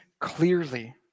clearly